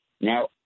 Now